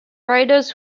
riders